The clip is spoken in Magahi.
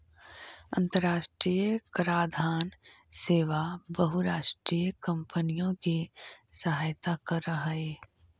अन्तराष्ट्रिय कराधान सेवा बहुराष्ट्रीय कॉम्पनियों की सहायता करअ हई